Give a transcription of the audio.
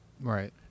Right